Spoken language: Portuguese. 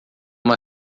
uma